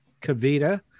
Kavita